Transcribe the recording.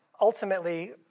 Ultimately